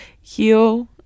heal